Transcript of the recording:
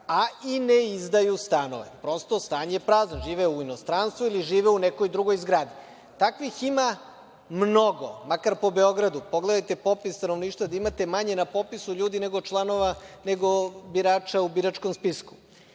a i ne izdaju stanove, prosto stan je prazan, žive u inostranstvu ili žive u nekoj drugoj zgradi. Takvih ima mnogo, makar po Beogradu. Pogledajte popis stanovništva da imate manje na popisu ljudi nego birača u biračkom spisku.